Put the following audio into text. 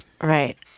Right